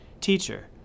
Teacher